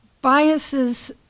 Biases